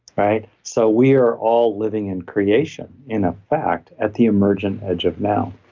right? so we are all living in creation. in ah fact, at the emergent edge of now,